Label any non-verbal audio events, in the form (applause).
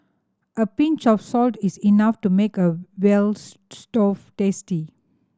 a pinch of salt is enough to make a veal (unintelligible) store tasty